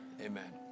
Amen